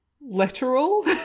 literal